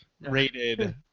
rated